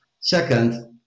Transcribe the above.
Second